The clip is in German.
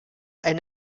ein